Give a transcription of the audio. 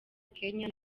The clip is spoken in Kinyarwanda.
kenya